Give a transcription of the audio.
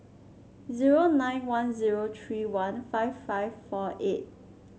zero nine one zero tree one five five four eight